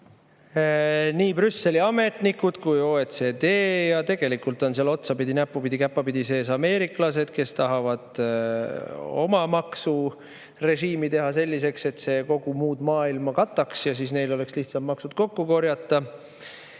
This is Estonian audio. nii Brüsseli ametnikud kui ka OECD ja tegelikult on seal otsapidi-näppupidi-käppapidi sees ka ameeriklased, kes tahavad oma maksurežiimi teha selliseks, et see kogu muud maailma kataks. Siis neil on lihtsam makse kokku korjata.